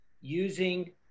using